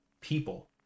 people